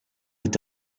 est